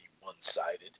one-sided